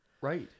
Right